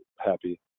happy